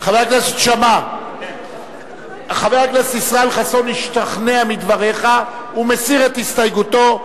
חבר הכנסת ישראל חסון השתכנע מדברי יושב-ראש הוועדה.